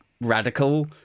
radical